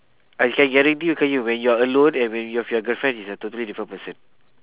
I can guarantee you qayyum when you're alone and when you're with your girlfriend is a totally different person